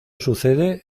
sucede